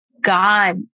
God